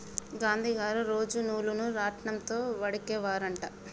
గాంధీ గారు రోజు నూలును రాట్నం తో వడికే వారు అంట